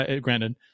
granted